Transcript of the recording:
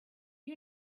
you